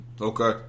Okay